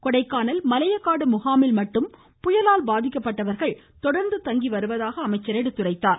கொடைக்கானல் மலையக்காடு முகாமில் மட்டும் புயலால் பாதிக்கப்பட்டவர்கள் தொடர்ந்து தங்கிவருவதாக தெரிவித்தார்